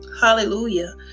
Hallelujah